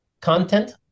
content